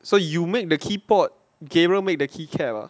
so you make the keyboard gabriel make the key cap ah